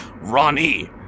Ronnie